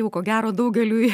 jau ko gero daugeliui